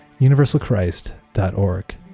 universalchrist.org